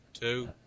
two